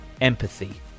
empathy